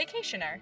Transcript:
vacationer